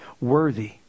worthy